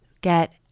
get